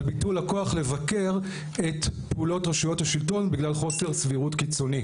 על ביטול הכוח לבקר את פעולות רשויות השלטון בגלל חוסר סבירות קיצוני,